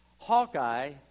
Hawkeye